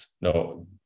no